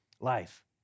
life